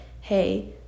hey